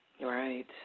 Right